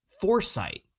foresight